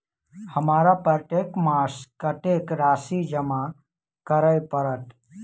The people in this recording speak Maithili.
हमरा प्रत्येक मास कत्तेक राशि जमा करऽ पड़त?